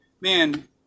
man